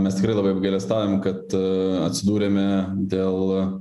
mes tikrai labai apgailestaujam kad atsidūrėme dėl